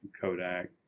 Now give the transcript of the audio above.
Kodak